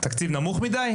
תקציב נמוך מידי?